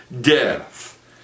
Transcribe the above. death